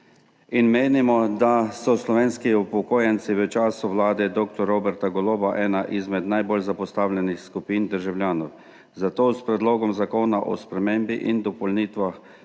in menimo, da so slovenski upokojenci v času vlade dr. Roberta Goloba ena izmed najbolj zapostavljenih skupin državljanov, zato s Predlogom zakona o spremembi in dopolnitvah